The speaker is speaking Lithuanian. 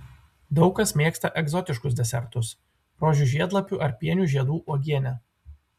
daug kas mėgsta egzotiškus desertus rožių žiedlapių ar pienių žiedų uogienę